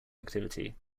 activity